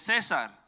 César